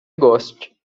goste